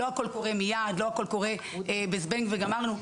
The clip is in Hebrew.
לא הכול קורה מייד, לא הכול קורה ב"זבנג וגמרנו".